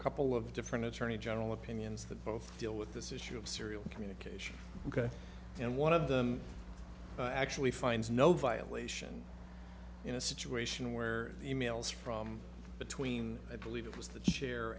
couple of different attorney general opinions that deal with this issue of serial communication ok and one of them actually finds no violation in a situation where e mails from between i believe it was the chair